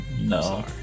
No